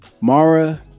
Mara